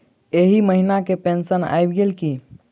एहि महीना केँ पेंशन आबि गेल की